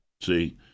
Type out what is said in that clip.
See